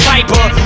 Piper